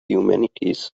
humanities